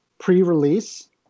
pre-release